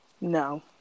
no